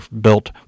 built